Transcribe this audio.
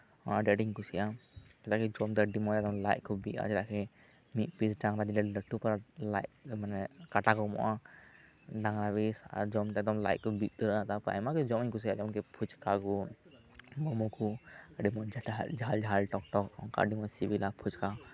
ᱚᱱᱟᱦᱚ ᱟᱹᱰᱤ ᱟᱴᱤᱧ ᱠᱩᱥᱤᱭᱟᱜᱼᱟ ᱡᱚᱢᱫᱚ ᱟᱹᱰᱤᱢᱚᱡᱟ ᱟᱹᱭᱠᱟᱹᱜᱼᱟ ᱪᱮᱫᱟᱜ ᱥᱮ ᱞᱟᱡᱽᱠᱚ ᱵᱤᱜᱼᱟ ᱢᱤ ᱫᱯᱤᱥ ᱰᱟᱝᱨᱟᱡᱤᱞ ᱨᱮ ᱞᱟᱹᱴᱩ ᱯᱟᱨᱟ ᱠᱟᱴᱟᱠᱚ ᱮᱢᱚᱜᱼᱟ ᱰᱟᱝᱨᱟ ᱨᱟᱭᱤᱥ ᱡᱚᱢᱛᱮ ᱮᱠᱫᱚᱢ ᱞᱟᱡᱽᱠᱚ ᱵᱤ ᱩᱛᱟᱹᱨᱚᱜᱼᱟ ᱟᱭᱢᱟᱜᱮ ᱡᱚᱢᱟᱜ ᱤᱧ ᱠᱩᱥᱤᱭᱟᱜᱼᱟ ᱡᱮᱢᱚᱱ ᱠᱤ ᱯᱷᱩᱪᱠᱟ ᱠᱚ ᱢᱳᱢᱳ ᱠᱚ ᱟᱹᱰᱤ ᱢᱚᱸᱡᱽ ᱡᱷᱟᱞ ᱡᱷᱟᱞ ᱴᱚᱠ ᱴᱚᱠ ᱟᱹᱰᱤ ᱢᱚᱸᱡᱽ ᱥᱤᱵᱤᱞᱟ ᱯᱷᱩᱪᱠᱟ